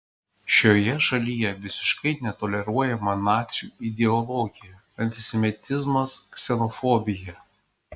šioje šalyje visiškai netoleruojama nacių ideologija antisemitizmas ksenofobija